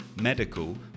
medical